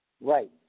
Right